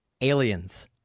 Aliens